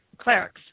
clerics